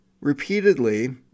repeatedly